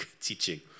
teaching